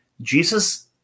Jesus